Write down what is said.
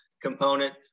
component